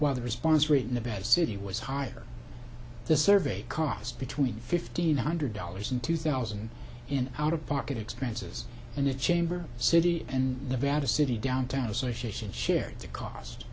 while the response rate nevada city was higher the survey cost between fifteen hundred dollars and two thousand in out of pocket expenses and the chamber city and the vadra city downtown association shared the cost